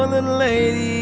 little lady